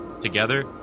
together